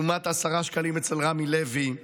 לעומת 10 שקלים אצל רמי לוי,